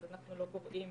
אנחנו לא גורעים